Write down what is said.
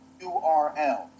URL